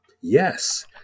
yes